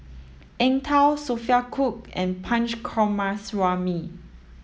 Eng Tow Sophia Cooke and Punch Coomaraswamy